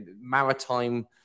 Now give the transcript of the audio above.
maritime